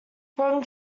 from